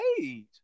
age